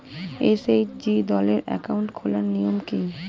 SHG দলের account খোলার নিয়ম কী?